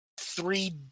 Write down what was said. three